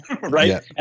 right